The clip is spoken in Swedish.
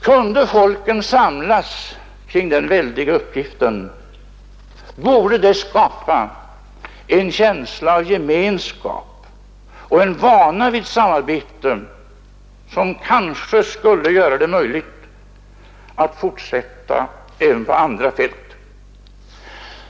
Kunde folken samlas kring den väldiga uppgiften, borde detta skapa en känsla av gemenskap och en vana vid samarbete som kanske skulle göra det möjligt att fortsätta även på andra fält.